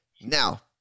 Now